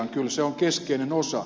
kyllä se on keskeinen osa